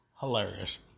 hilarious